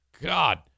God